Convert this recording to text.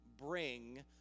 bring